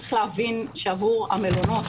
צריך להבין שעבור המלונות,